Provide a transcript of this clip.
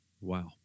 Wow